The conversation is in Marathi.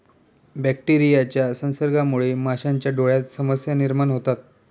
बॅक्टेरियाच्या संसर्गामुळे माशांच्या डोळ्यांत समस्या निर्माण होतात